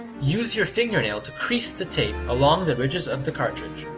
use your fingernail to crease the tape along the ridges of the cartridge.